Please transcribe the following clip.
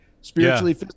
spiritually